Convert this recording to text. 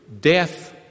Death